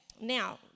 now